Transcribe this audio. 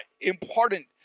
important